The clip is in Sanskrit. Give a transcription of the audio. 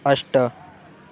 अष्ट